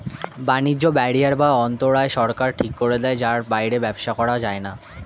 বাণিজ্য ব্যারিয়ার বা অন্তরায় সরকার ঠিক করে দেয় যার বাইরে ব্যবসা করা যায়না